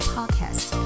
Podcast